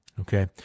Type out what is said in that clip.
Okay